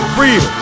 real